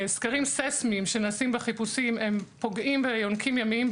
סקרים ססמיים שנעשים בחיפושים פוגעים ביונקים ימיים.